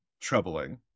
troubling